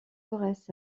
torres